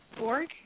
org